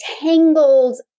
tangled